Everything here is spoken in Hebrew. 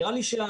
נראה לי שהדיון,